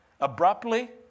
Abruptly